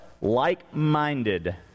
like-minded